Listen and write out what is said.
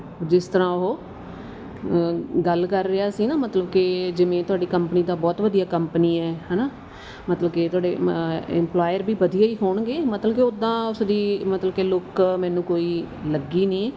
ਜਿਸ ਤਰ੍ਹਾਂ ਉਹ ਗੱਲ ਕਰ ਰਿਹਾ ਸੀ ਨਾ ਮਤਲਬ ਕਿ ਜਿਵੇਂ ਤੁਹਾਡੀ ਕੰਪਨੀ ਦਾ ਬਹੁਤ ਵਧੀਆ ਕੰਪਨੀ ਹੈ ਹੈ ਨਾ ਮਤਲਬ ਕਿ ਤੁਹਾਡੇ ਇੰਪਲੋਇਰ ਵੀ ਵਧੀਆ ਹੀ ਹੋਣਗੇ ਮਤਲਬ ਕਿ ਓਦਾਂ ਉਸਦੀ ਮਤਲਬ ਕਿ ਲੁੱਕ ਮੈਨੂੰ ਕੋਈ ਲੱਗੀ ਨਹੀਂ